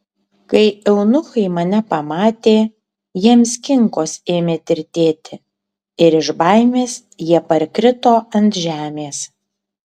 kai eunuchai mane pamatė jiems kinkos ėmė tirtėti ir iš baimės jie parkrito ant žemės